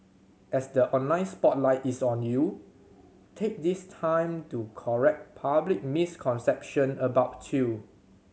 as the online spotlight is on you take this time to correct public misconception about you